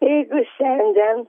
jeigu šiandien